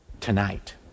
tonight